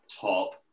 top